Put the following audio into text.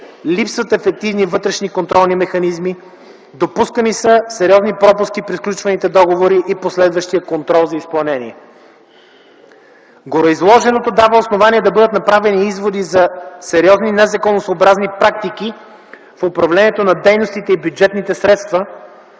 Липсват ефективни контролни механизми, допускани са сериозни пропуски при сключваните договори и последващия контрол за изпълнение. Гореизложеното дава основания да бъдат направени изводи за сериозни незаконосъобразни практики в управлението на дейностите и бюджетните средства,